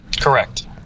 Correct